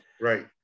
Right